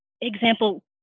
example